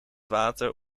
water